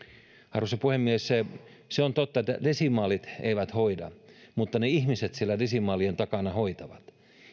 arvoisa puhemies se se on totta että desimaalit eivät hoida mutta ne ihmiset siellä desimaalien takana hoitavat